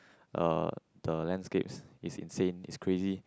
uh the landscapes is insane is crazy